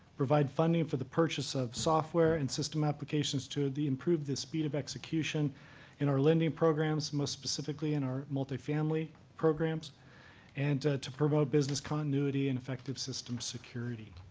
provide funding for the purchase of software and system applications to improve the speed of execution in our lending programs most specifically, in our multifamily programs and to promote business continuity and effective system security.